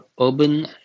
urban